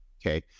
Okay